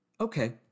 Okay